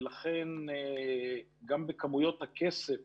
ולכן גם בכמויות הכסף